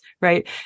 right